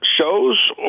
shows